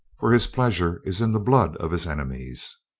for his pleasure is in the blood of his enemies.